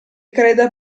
creda